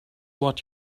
what